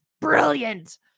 brilliant